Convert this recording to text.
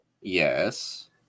Yes